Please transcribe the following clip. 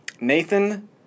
Nathan